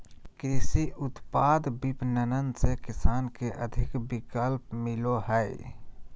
कृषि उत्पाद विपणन से किसान के अधिक विकल्प मिलो हइ